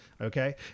okay